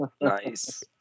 Nice